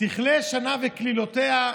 "תכלה שנה וקללותיה,